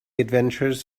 adventures